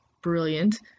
brilliant